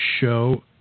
show